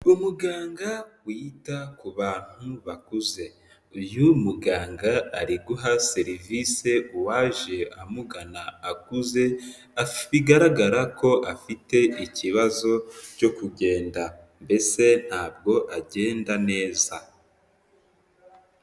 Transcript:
Umuganga wita ku bantu bakuze. Uyu muganga ari guha serivise uwaje amugana akuze, bigaragara ko afite ikibazo cyo kugenda, mbese ntabwo agenda neza.